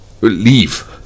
leave